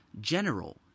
general